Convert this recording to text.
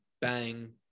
bang